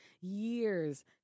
years